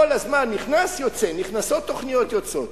כל הזמן נכנס-יוצא, נכנסות תוכניות, יוצאות.